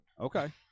Okay